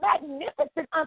magnificent